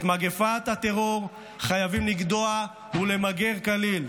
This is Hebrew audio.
את מגפת הטרור חייבים לגדוע ולמגר כליל,